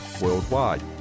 worldwide